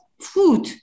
food